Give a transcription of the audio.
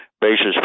basis